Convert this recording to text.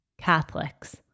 Catholics